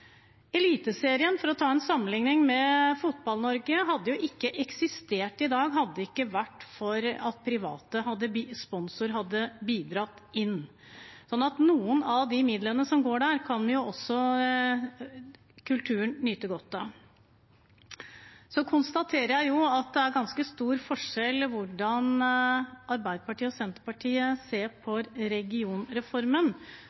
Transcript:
Eliteserien hadde ikke eksistert i dag hvis det ikke hadde vært for at private sponsorer hadde bidratt. Og noen av de midlene som går inn dit, kan også kulturlivet nyte godt av. Jeg konstaterer at det er ganske stor forskjell på hvordan Arbeiderpartiet og Senterpartiet ser på